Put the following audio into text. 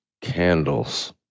candles